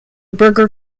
burger